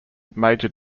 major